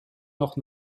noch